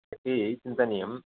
इति चिन्तनीयम्